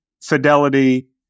fidelity